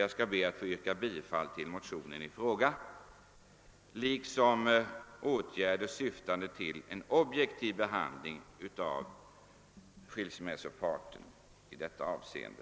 Jag ber att få yrka bifall till motionen, där det föreslås åtgärder som syftar till en objektiv behandling av skilsmässoparterna i detta hänseende.